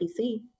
pc